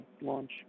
launch